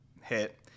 hit